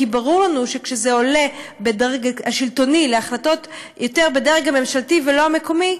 כי ברור לנו שכשזה עולה בדרג השלטוני להחלטות בדרג הממשלתי ולא המקומי,